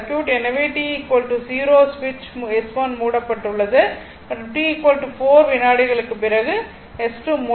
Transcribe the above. எனவே t 0 will சுவிட்ச் S1 மூடப்பட்டுள்ளது மற்றும் t 4 விநாடிகளுக்குப் பிறகு S2 மூடப்படும்